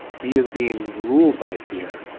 he is being ruled by fear.